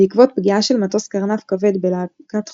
בעקבות פגיעה של מטוס "קרנף" כבד בלהקת חוגלות,